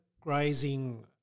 grazing